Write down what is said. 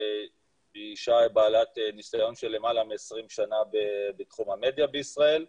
היא אישה בעלת ניסיון של למעלה מ-20 בתחום המדיה בישראל --- בועז,